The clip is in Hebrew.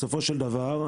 בסופו של דבר,